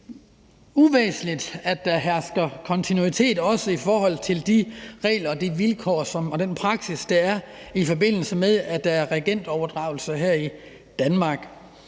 uvæsentligt, at der også hersker kontinuitet i forhold til de regler og vilkår og den praksis, der er i forbindelse med tronskifter her Danmark.